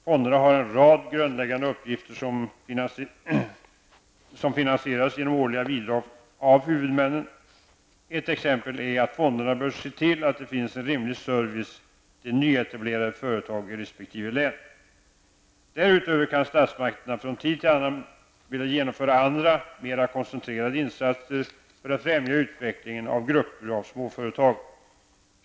Fonderna har en rad grundläggande uppgifter som finansieras genom årliga bidrag av huvudmännen. Ett exempel är att fonderna bör se till att det finns en rimlig service till nyetablerade företag i resp. län. Därutöver kan statsmakterna från tid till annan vilja genomföra andra, mer koncentrerade insatser för att främja utvecklingen av grupper av småföretag.